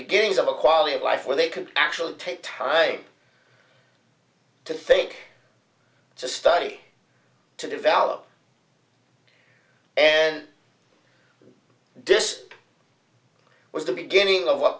beginnings of a quality of life where they could actually take time to think to study to develop and this was the beginning of what